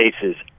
cases